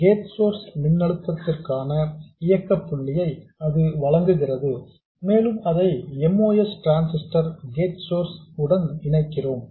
gate source மின் அழுத்தத்திற்கான இயக்க புள்ளியை அது வழங்குகிறது மேலும் அதை MOS டிரான்சிஸ்டர் கேட் சோர்ஸ் உடன் இணைக்கிறோம்